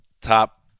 top